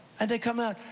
and they come out,